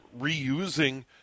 reusing